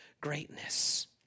greatness